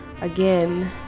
again